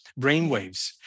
brainwaves